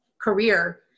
Career